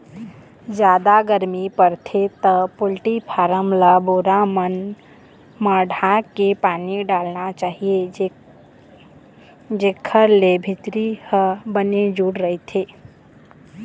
जादा गरमी परथे त पोल्टी फारम ल बोरा मन म ढांक के पानी डालना चाही जेखर ले भीतरी ह बने जूड़ रहिथे